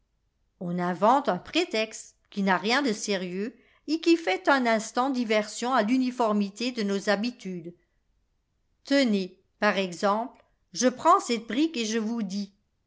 on invente un prétexte qui n'a rien de sérieux et qui fait un instant diversion à l'uniformité de nos habitudes tenez par exemple je prends cette tv brique et je vous dis